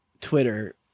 Twitter